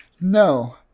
no